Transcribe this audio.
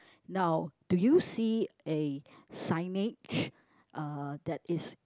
now do you see a signage uh that is